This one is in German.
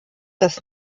das